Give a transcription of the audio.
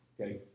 okay